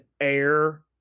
air